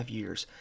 years